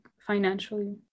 financially